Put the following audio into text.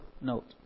note